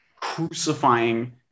crucifying